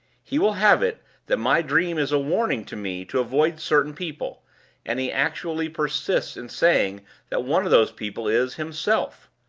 he will have it that my dream is a warning to me to avoid certain people and he actually persists in saying that one of those people is himself!